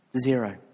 zero